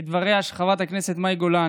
חבר הכנסת יעקב טסלר,